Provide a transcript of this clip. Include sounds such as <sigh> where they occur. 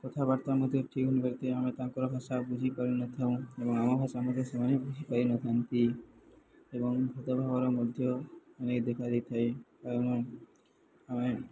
କଥାବାର୍ତ୍ତା ମଧ୍ୟ ଠିକ <unintelligible> ଆମେ ତାଙ୍କର ଭାଷା ବୁଝିପାରିନଥାଉ ଏବଂ ଆମ ଭାଷା ମଧ୍ୟ ସେମାନେ ବୁଝି ପାରିନଥାନ୍ତି ଏବଂ ଭେଦଭାବର ମଧ୍ୟ ଅଣଦେଖା ଦେଇଥାଏ କାରଣ ଆମେ